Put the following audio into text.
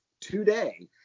today